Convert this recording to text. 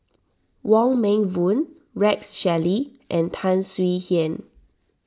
Wong Meng Voon Rex Shelley and Tan Swie Hian